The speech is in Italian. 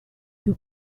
piú